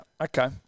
Okay